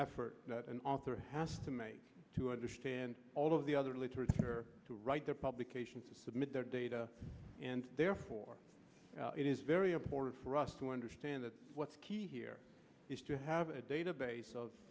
effort that an author has to make to understand all of the other literature to write their publications to submit their data and therefore it is very important for us to understand that what's key here is to have a database of